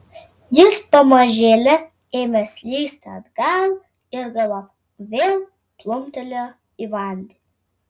jis pamažėle ėmė slysti atgal ir galop vėl plumptelėjo į vandenį